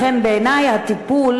לכן בעיני הטיפול